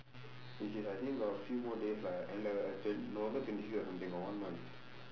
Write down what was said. as in I think got a few more days lah N level november twenty seven or something got one month